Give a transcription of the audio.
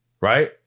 right